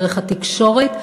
דרך התקשורת,